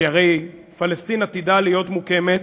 כי הרי פלסטין עתידה להיות מוקמת,